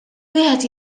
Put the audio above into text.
wieħed